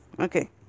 Okay